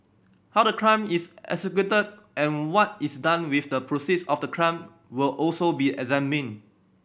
how the crime is executed and what is done with the proceeds of the crime will also be examined